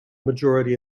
majority